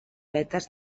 vetes